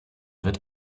wird